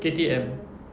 K_T_M